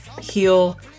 heal